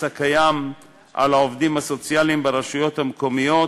הקיים על העובדים הסוציאליים ברשויות המקומיות,